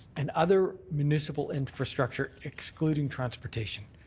and other municipal infrastructure excluding transportation,